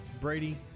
Brady